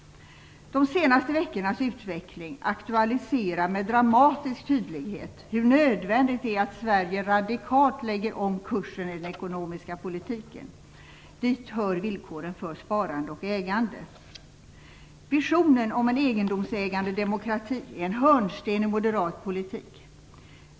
De senaste veckornas utveckling aktualiserar med dramatisk tydlighet hur nödvändigt det är att Sverige radikalt lägger om kursen i den ekonomiska politiken. Dit hör villkoren för sparande och ägande. Visionen om en egendomsägande demokrati är en hörnsten i moderat politik.